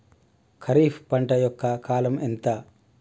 ఖరీఫ్ పంట యొక్క కాలం ఎంత?